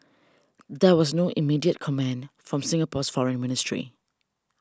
there was no immediate comment from Singapore's foreign ministry